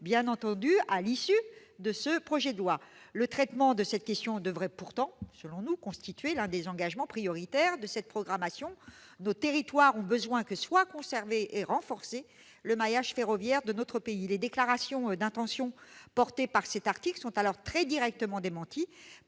bien entendu, après l'examen de ce projet de loi ? Le traitement de cette question devrait pourtant constituer l'un des engagements prioritaires de cette programmation : nos territoires ont besoin que soit conservé et renforcé le maillage ferroviaire de notre pays. Les déclarations d'intention qui sous-tendent cet article sont très directement démenties